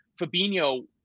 Fabinho